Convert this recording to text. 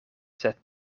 sed